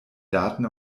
daten